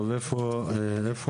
טוב, איפה אנחנו?